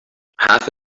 half